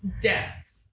death